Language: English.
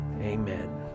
Amen